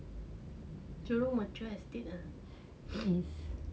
jurong mature estate ah